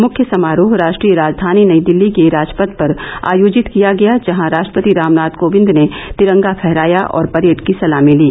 मुख्य समारोह राष्ट्रीय राजधानी नई दिल्ली के राजपथ पर आयोजित किया गया जहां राष्ट्रपति रामनाथ कोविंद ने तिरंगा फहराया और परेड की सलामी ली